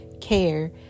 care